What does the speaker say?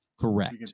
Correct